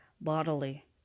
bodily